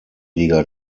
liga